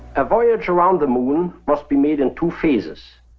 a voyage around the moon must be made in two phases.